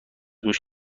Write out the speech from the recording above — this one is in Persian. گوش